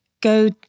go